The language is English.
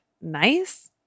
nice